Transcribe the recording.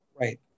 right